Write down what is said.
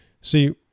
See